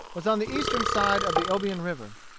was on the eastern side of the obion river.